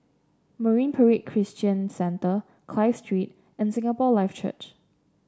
Marine Parade Christian Centre Clive Street and Singapore Life Church